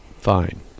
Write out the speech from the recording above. fine